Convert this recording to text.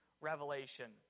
revelation